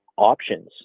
options